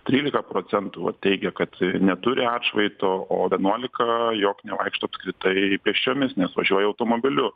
trylika procentų va teigia kad neturi atšvaito o vienuolika jog nevaikšto apskritai pėsčiomis nes važiuoja automobiliu